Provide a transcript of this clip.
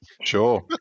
Sure